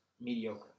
mediocre